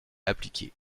appliqué